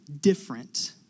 different